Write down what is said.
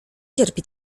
cierpi